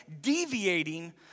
deviating